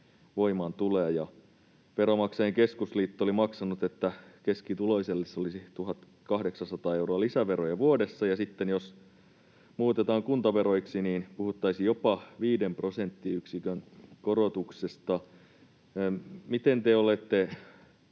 voimaan tulee, ja Veronmaksajain Keskusliitto oli laskenut, että keskituloiselle se olisi 1 800 euroa lisäveroja vuodessa, ja sitten jos muutetaan kuntaveroiksi, niin puhuttaisiin jopa 5 prosenttiyksikön korotuksesta. Miten te olette